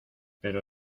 pero